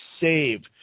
save